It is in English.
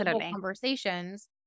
conversations